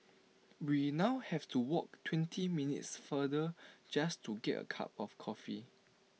we now have to walk twenty minutes farther just to get A cup of coffee